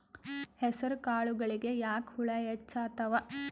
ಹೆಸರ ಕಾಳುಗಳಿಗಿ ಯಾಕ ಹುಳ ಹೆಚ್ಚಾತವ?